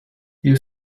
you